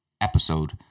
episode